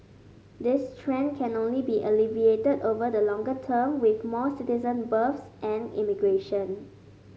this trend can only be alleviated over the longer term with more citizen births and immigration